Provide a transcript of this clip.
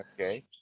Okay